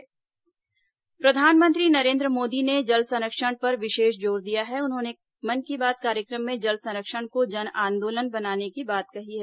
विशेष कार्यक्रम प्रधानमंत्री नरेन्द्र मोदी ने जल संरक्षण पर विशेष जोर दिया है और उन्होंने मन की बात कार्यक्रम में जल संरक्षण को जन आंदोलन बनाने की बात कही है